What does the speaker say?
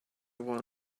one